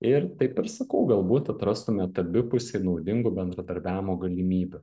ir taip ir sakau galbūt atrastumėt abipusiai naudingų bendradarbiavimo galimybių